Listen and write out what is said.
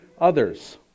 others